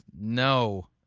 No